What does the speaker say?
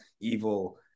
evil